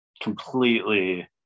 completely